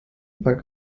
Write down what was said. war